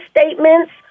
statements